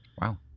Wow